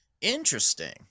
Interesting